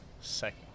Second